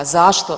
Zašto?